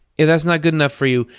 if that's not good enough for you,